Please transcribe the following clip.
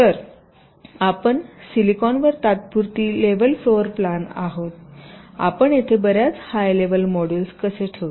तर आपण सिलिकॉन वर तात्पुरती लेव्हल फ्लोर प्लॅन आहात आपण येथे बरेच हाय लेवल मॉड्यूल्स कसे ठेवता